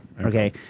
Okay